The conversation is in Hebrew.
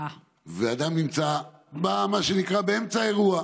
ואדם נמצא באמצע האירוע.